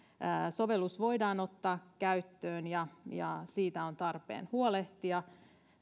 sovellus voidaan ottaa käyttöön ja ja niistä on tarpeen huolehtia